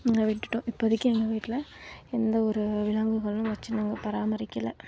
விட்டுட்டோம் இப்போதைக்கி எங்கள் வீட்டில எந்த ஒரு விலங்குகளும் வச்சு நாங்கள் பராமரிக்கலை